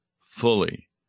fully